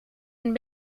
een